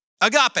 Agape